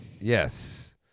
Yes